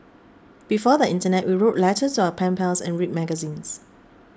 before the internet we wrote letters to our pen pals and read magazines